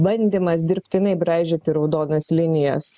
bandymas dirbtinai braižyti raudonas linijas